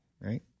right